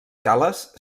cales